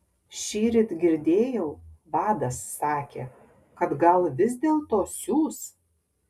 šįryt girdėjau vadas sakė kad gal vis dėlto siųs